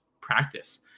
practice